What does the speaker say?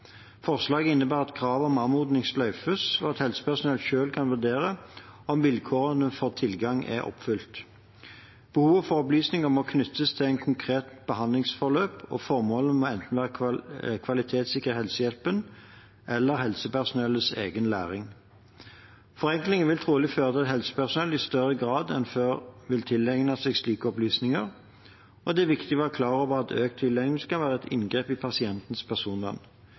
Forslaget innebærer at kravet om anmodning sløyfes, og at helsepersonell selv kan vurdere om vilkårene for tilgang er oppfylt. Behovet for opplysninger må knyttes til et konkret behandlingsforløp, og formålet må enten være å kvalitetssikre helsehjelpen, eller helsepersonellets egen læring. Forenklingen vil trolig føre til at helsepersonell i større grad enn før vil tilegne seg slike opplysninger, og det er viktig å være klar over at økt tilegnelse kan være et inngrep i pasientens personvern.